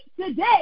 today